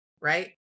right